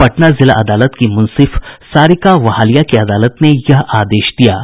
पटना जिला अदालत की मुंसिफ सारिका वहालिया की अदालत ने यह आदेश दिया है